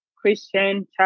Christian